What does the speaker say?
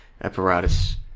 apparatus